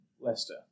Leicester